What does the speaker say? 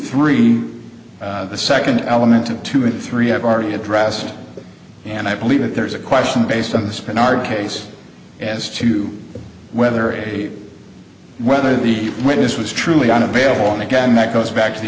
three the second element of two and three i've already addressed and i believe if there's a question based on the spin our case as to whether it whether the witness was truly unavailable and again that goes back to the